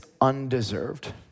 undeserved